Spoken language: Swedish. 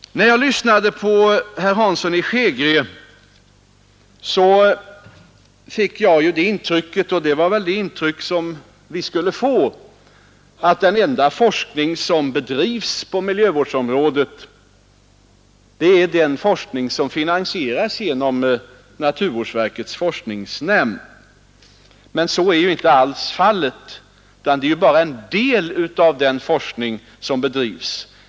När jag lyssnade på herr Hansson i Skegrie fick jag det intrycket — och det var väl meningen att vi skulle få det intrycket — att den enda forskning som bedrivs på miljövårdsområdet är den forskning som finansieras genom naturvårdsverkets forskningsnämnd. Så är inte alls fallet, utan detta är bara en del av den forskning som bedrivs.